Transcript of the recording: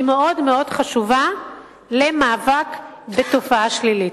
מאוד חשובה למאבק בתופעה שלילית.